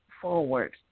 forward